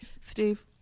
Steve